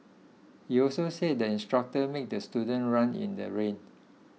he also said the instructor made the student run in the rain